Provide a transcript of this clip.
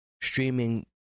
streaming